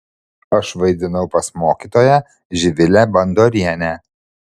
aš vaidinau pas mokytoją živilę bandorienę